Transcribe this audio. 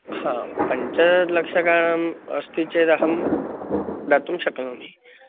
हा पञ्चलक्षकम् अस्ति चेदहं दातुं शक्नोमि